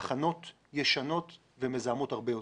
תחנות ישנות ומזהמות הרבה יותר.